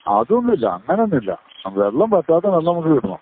അതൊന്നുമില്ല അങ്ങനെയൊന്നുമില്ല വെള്ളം വറ്റാത്ത വെള്ളം നമുക്കു കിട്ടണം